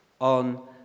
on